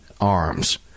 arms